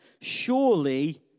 Surely